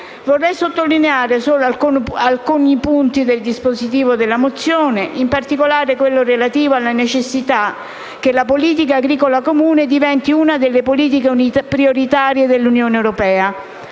Vorrei sottolineare solo alcuni punti del dispositivo della mozione, in particolare quello relativo alla necessità che la politica agricola comune diventi una delle politiche prioritarie dell'Unione europea